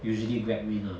usually Grab win lah